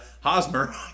Hosmer